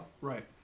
right